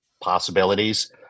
possibilities